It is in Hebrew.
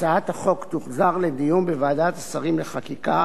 הצעת החוק תוחזר לדיון בוועדת השרים לחקיקה